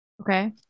okay